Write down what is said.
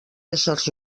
éssers